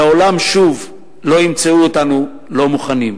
"לעולם שוב לא ימצאו אותנו לא מוכנים.